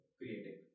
creating